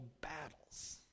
battles